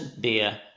beer